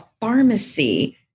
pharmacy